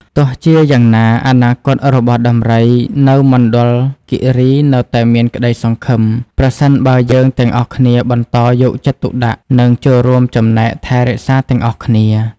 ទោះជាយ៉ាងណាអនាគតរបស់ដំរីនៅមណ្ឌលគិរីនៅតែមានក្តីសង្ឃឹម ប្រសិនបើយើងទាំងអស់គ្នាបន្តយកចិត្តទុកដាក់ និងចូលរួមចំណែកថែរក្សាទាំងអស់គ្នា។